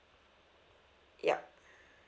ya